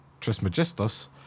Trismegistus